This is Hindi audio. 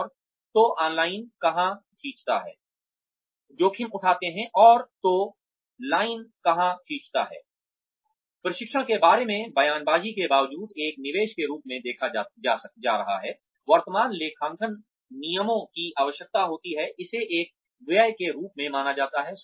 और तो लाइन कहाँ खींचता है प्रशिक्षण के बारे में बयानबाजी के बावजूद एक निवेश के रूप में देखा जा रहा है वर्तमान लेखांकन नियमों की आवश्यकता होती है इसे एक व्यय के रूप में माना जाता है